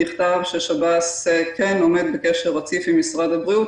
נכתב ששב"ס כן עומד בקשר רציף עם משרד הבריאות.